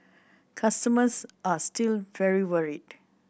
customers are still very worried